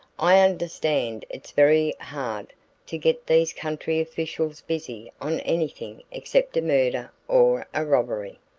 i understand it's very hard to get these country officials busy on anything except a murder or a robbery.